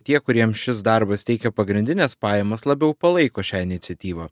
tie kuriems šis darbas teikia pagrindines pajamas labiau palaiko šią iniciatyvą